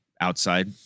outside